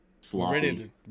Sloppy